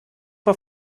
war